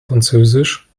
französisch